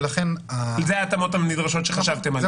ולכן --- זה ההתאמות הנדרשות שחשבתם עליהן?